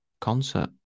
concert